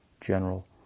general